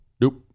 Nope